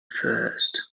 first